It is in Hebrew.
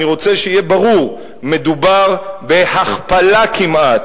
ואני רוצה שיהיה ברור: מדובר בהכפלה כמעט,